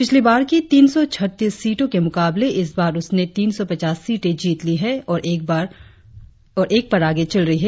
पिछली बार की तीन सौ छत्तीस सीटों के मुकाबले इसबार उसने तीन सौ पचास सीटे जीत ली है और एक पर आगे चल रही है